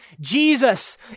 Jesus